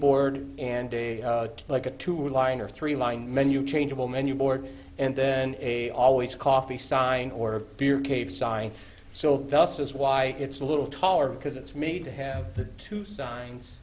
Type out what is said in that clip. board and they like a two line or three line menu changeable menu board and then a always coffee sign or beer cave sign so tell us why it's a little taller because it's me to have the two signs